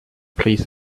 please